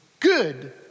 good